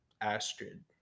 Astrid